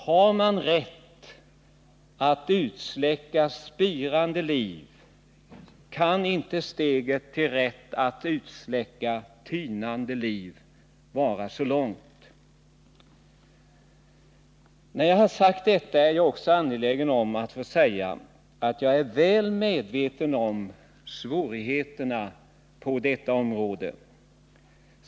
Har man rätt att utsläcka spirande liv kan inte steget till rätt att utsläcka tynande liv vara så långt. När jag har sagt detta är jag också angelägen om att få framhålla att jag är väl medveten om svårigheterna på detta område.